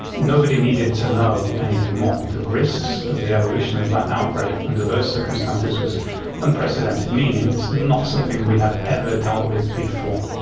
nobody needed to know anything more. the risks of the evolution of that outbreak under those circumstances was unprecedented, meaning it's not something we have ever dealt with before.